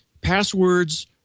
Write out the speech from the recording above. passwords